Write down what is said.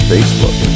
Facebook